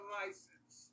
license